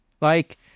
Like-